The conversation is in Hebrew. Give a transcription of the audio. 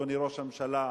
אדוני ראש הממשלה,